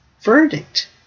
verdict